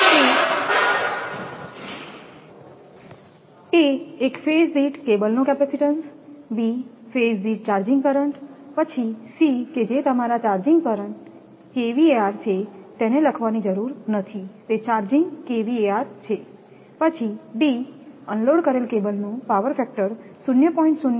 a એક phase દીઠ કેબલનો કેપેસિટીન્સ b ફેઝ દીઠ ચાર્જિંગ કરંટપછી c કે જે તમારા ચાર્જિંગ kVAr છેતેને લખવાની જરૂર નથી તે ચાર્જિંગ kVAr છેપછી d અનલોડ કરેલ કેબલનો પાવર ફેક્ટર 0